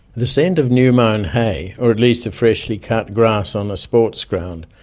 the scent of new-mown hay, or at least of freshly cut grass on a sports ground,